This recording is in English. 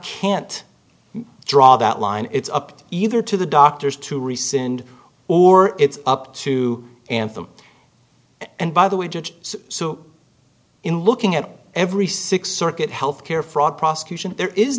can't draw that line it's up either to the doctors to rescind or it's up to anthem and by the way judge so in looking at every six circuit health care fraud prosecution there is